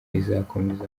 izakomeza